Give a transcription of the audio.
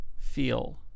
feel